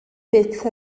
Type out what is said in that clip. byth